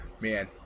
man